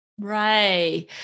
Right